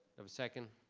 have a second?